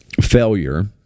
failure